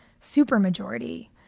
Supermajority